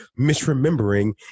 misremembering